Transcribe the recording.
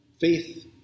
faith